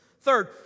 Third